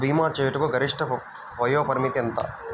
భీమా చేయుటకు గరిష్ట వయోపరిమితి ఎంత?